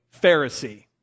Pharisee